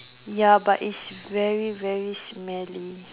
ya but is very very smelly